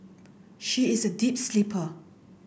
she is a deep sleeper